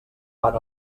fan